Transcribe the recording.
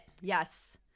yes